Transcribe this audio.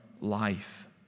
life